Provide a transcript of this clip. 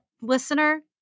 Listener